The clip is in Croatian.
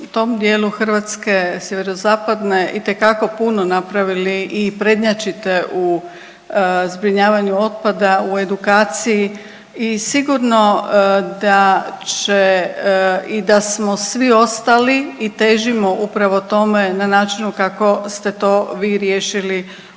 Hrvatske Sjeverozapadne itekako puno napravili i prednjačite u zbrinjavanju otpada, u edukaciji i sigurno da će i da smo svi ostali i težimo upravo tome na načinu kako ste to vi riješili u tom